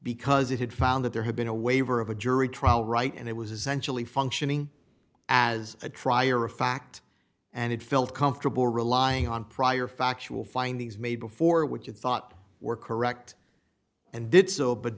because it had found that there had been a waiver of a jury trial right and it was essentially functioning as a trier of fact and it felt comfortable relying on prior factual findings made before what you thought were correct and did so but